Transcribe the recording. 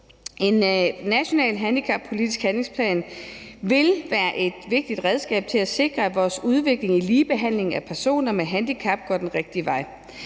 En national handicappolitisk handlingsplan vil være et vigtigt redskab til at sikre, at vores udvikling i ligebehandling af personer med handicap går den rigtige vej.